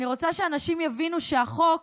ואני רוצה שאנשים יבינו שהחוק